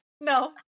no